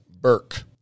Burke